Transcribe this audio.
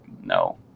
no